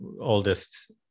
oldest